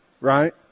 right